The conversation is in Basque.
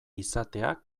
izatea